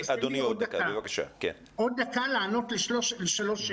אז תן לי עוד דקה לענות לשלוש שאלות.